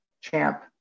champ